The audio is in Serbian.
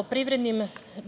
o privrednim